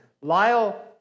Lyle